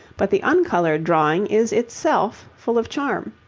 but the uncoloured drawing is itself full of charm.